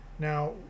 Now